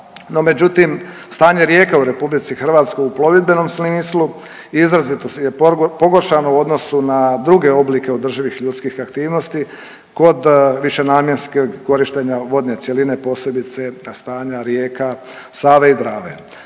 međutim, stanje rijeka u RH u plovidbenom smislu je izrazito pogoršana u odnosu na druge oblike održivih ljudskih aktivnosti kod višenamjenskog korištenja vodne cjeline, posebice stanja rijeka Save i Drave.